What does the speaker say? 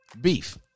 beef